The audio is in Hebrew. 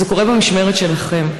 וזה קורה במשמרת שלכם.